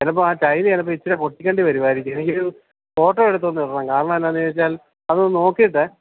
ചിലപ്പോള് ആ ടൈല് ചിലപ്പോള് ഇത്തിരി പൊട്ടിക്കേണ്ടി വരുമായിരിക്കും എനിക്ക് ഫോട്ടോ എടുത്തൊന്നിടണം കാരണമെന്താണെന്ന് വെച്ചാൽ അതൊന്ന് നോക്കിയിട്ട്